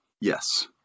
yes